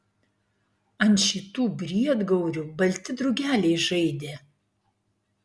ant šitų briedgaurių balti drugeliai žaidė